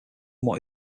what